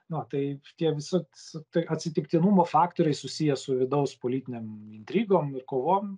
na taip tie visad tai atsitiktinumo faktoriai susiję su vidaus politinėm intrigom ir kovom